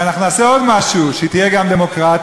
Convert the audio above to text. ואנחנו נעשה עוד משהו, שתהיה גם דמוקרטית.